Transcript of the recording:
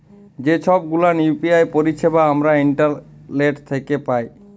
যে ছব গুলান ইউ.পি.আই পারিছেবা আমরা ইন্টারলেট থ্যাকে পায়